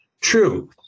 true